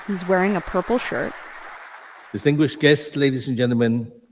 he's wearing a purple shirt distinguished guests, ladies and gentlemen,